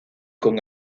con